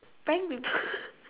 prank people